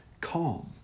calm